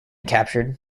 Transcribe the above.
captured